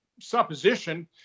supposition